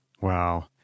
Wow